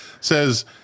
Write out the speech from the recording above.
says